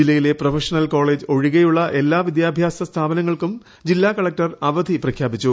ജില്ലയിലെ professional college ഒഴികെയുള്ള എല്ലാം വിദ്യാഭ്യാസ സ്ഥാപനങ്ങൾക്കും ജില്ലാകളക്ടർ അവധി പ്രഖ്യാപിച്ചു